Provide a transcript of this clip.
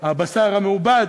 הבשר המעובד.